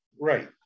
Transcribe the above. Right